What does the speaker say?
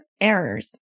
errors